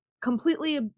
completely